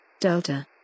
Delta